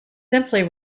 simply